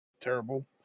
terrible